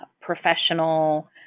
professional